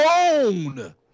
own